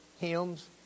hymns